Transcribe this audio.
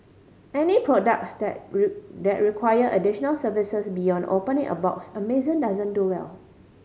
any products that that require additional services beyond opening a box Amazon doesn't do well